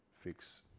fix